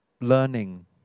learning